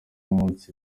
umunsi